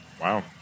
Wow